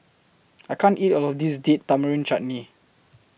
I can't eat All of This Date Tamarind Chutney